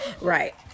Right